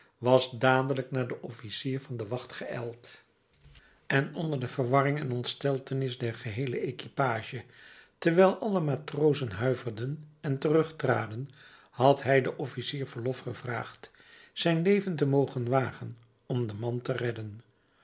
was dadelijk naar den officier van de wacht geijld en onder de verwarring en ontsteltenis der geheele equipage terwijl alle matrozen huiverden en terugtraden had hij den officier verlof gevraagd zijn leven te mogen wagen om den man te redden